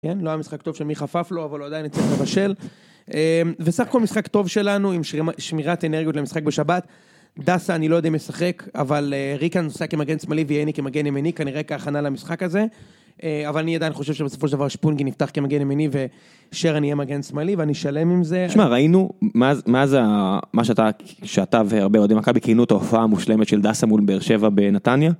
כן, לא היה משחק טוב של מיכה פפלו לו, אבל עדיין הצליח לבשל. וסך הכל משחק טוב שלנו, עם שמירת אנרגיות למשחק בשבת. דסה, אני לא יודע אם ישחק, אבל ריקן נוסע כמגן שמאלי ועיני כמגן ימיני, כנראה כהכנה למשחק הזה. אבל אני עדיין חושב שבסופו של דבר שפונגין יפתח כמגן ימיני, ושרן אני אהיה מגן שמאלי, ואני שלם עם זה. תשמע ראינו מה זה, מה שאתה... שאתה והרבה אוהדי מכבי כינו את ההופעה המושלמת של דסה מול באר שבע בנתניה.